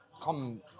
come